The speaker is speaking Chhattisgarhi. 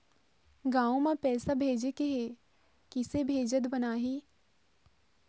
गांव म पैसे भेजेके हे, किसे भेजत बनाहि?